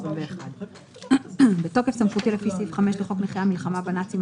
התשפ"א-2021 בתוקף סמכותי לפי סעיף 5 לחוק נכי המלחמה בנאצים,